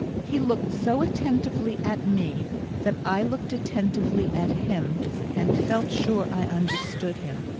he looked so attentively at me that i looked attentively at him and felt sure i understood him.